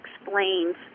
explains